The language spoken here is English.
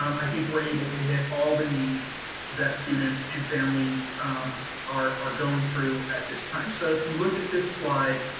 um i think we're able to hit all the needs that students and families are are going through at this time. so if you look at this slide,